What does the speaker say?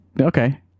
okay